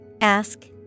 Ask